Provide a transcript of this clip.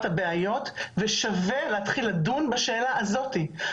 הבעיות ושווה להתחיל לדון בשאלה הזאתי,